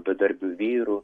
bedarbių vyrų